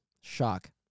shock